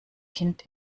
kind